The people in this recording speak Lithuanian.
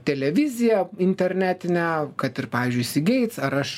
televiziją internetinę kad ir pavyzdžiui cgates ar aš